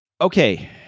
Okay